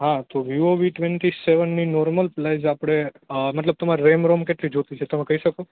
હા તો Vivo V twenty seven ની નોરમલ પ્રાઇસ આપડે મતલબ રેમ રોમ કેટલી જોતી છે તમે કઈ શકો